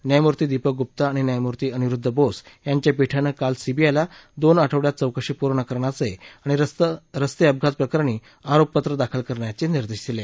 न्यायमूर्ति दीपक गुप्ता आणि न्यायमूर्ति अनिरुद्ध बोस यांच्या पीठाने काल सीबीआयला दोन आठवड्यात चौकशी पूर्ण करण्याचे आणि रस्ते अपघात प्रकरणी आरोपपत्र दाखल करण्याचे निर्देश दिले